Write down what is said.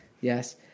Yes